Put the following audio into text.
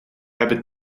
hebben